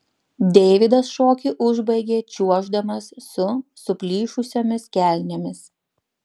deividas šokį užbaigė čiuoždamas su suplyšusiomis kelnėmis